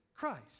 Christ